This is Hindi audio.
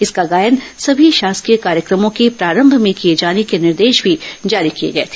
इसका गायन सभी शासकीय कार्यक्रमों के प्रारंभ में किए जाने का निर्देश भी जारी किया गया था